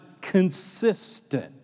consistent